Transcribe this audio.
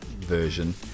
version